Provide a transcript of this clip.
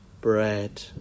bread